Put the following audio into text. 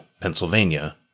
Pennsylvania